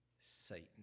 Satan